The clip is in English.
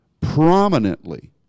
prominently